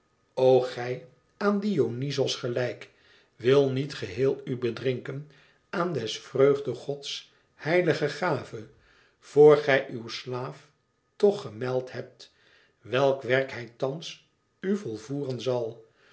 o gij aan dionyzos gelijk wil niet gehéel u bedrinken aan des vreugdegods heilige gave vor gij uw slaaf toch gemeld hebt welk werk hij thans u volvoeren zal